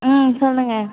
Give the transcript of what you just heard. ம் சொல்லுங்கள்